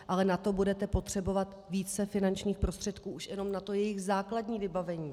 Ale na to budete potřebovat více finančních prostředků už jenom na to jejich základní vybavení.